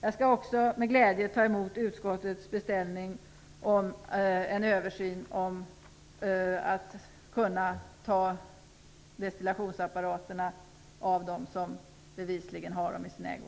Jag skall också med glädje ta emot utskottets beställning av en översyn av möjligheterna att kunna ta destillationsapparater i beslag hos dem som bevisligen har dem i sin ägo.